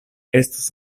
estus